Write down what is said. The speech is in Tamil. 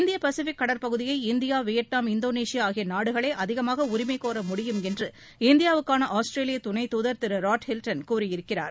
இந்திய பசிபிக் கடற்பகுதியை இந்தியா வியட்நாம் இந்தோனேஷியா ஆகிய நாடுகளே அதிகமாக உரிமை கோர முடியும் என்று இந்தியாவுக்கான ஆஸ்திரேலிய துணைத் துதர் திரு ராட் ஹில்டன் கூறியிருக்கிறார்